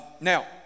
Now